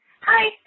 Hi